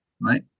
right